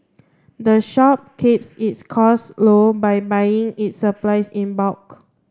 the shop keeps its costs low by buying its supplies in bulk